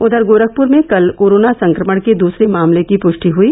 उधर गोरखप्र में कल कोरोना संक्रमण के दूसरे मामले की पुष्टि हुई